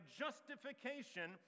justification